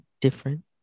different